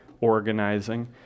organizing